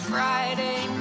Friday